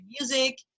music